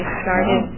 started